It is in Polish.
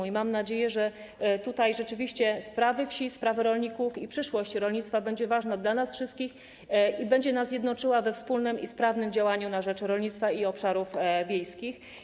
I mam nadzieję, że tutaj rzeczywiście sprawy wsi, sprawy rolników i przyszłość rolnictwa będą ważne dla nas wszystkich i będą nas jednoczyły we wspólnym i sprawnym działaniu na rzecz rolnictwa i obszarów wiejskich.